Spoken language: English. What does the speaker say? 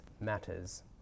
matters